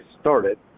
started